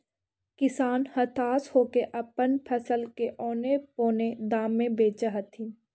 किसान हताश होके अपन फसल के औने पोने दाम में बेचऽ हथिन